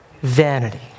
vanity